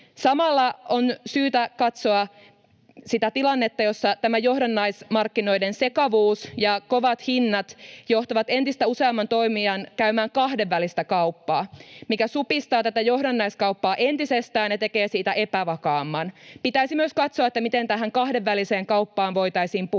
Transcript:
Samalla on syytä katsoa sitä tilannetta, jossa tämä johdannaismarkkinoiden sekavuus ja kovat hinnat johtavat entistä useamman toimijan käymään kahdenvälistä kauppaa, mikä supistaa tätä johdannaiskauppaa entisestään ja tekee siitä epävakaamman. Pitäisi myös katsoa, miten tähän kahdenväliseen kauppaan voitaisiin puuttua.